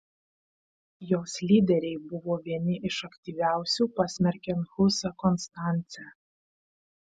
jos lyderiai buvo vieni iš aktyviausių pasmerkiant husą konstance